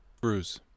Bruce